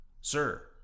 Sir